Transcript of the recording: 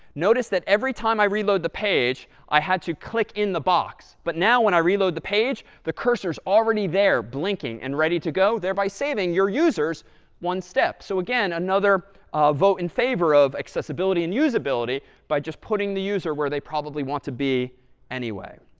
notice that every time i reload the page, i had to click in the box. but now when i reload the page, the cursor is already there, blinking and ready to go, thereby saving your users one step. so again, another vote in favor of accessibility and usability by just putting the user where they probably want to be anyway.